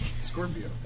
Scorpio